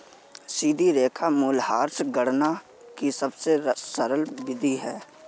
सीधी रेखा मूल्यह्रास गणना की सबसे सरल विधि है